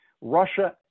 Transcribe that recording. Russia